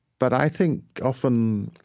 but i think often,